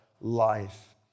life